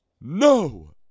No